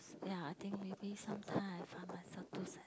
ya I think maybe sometime I find myself too